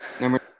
Number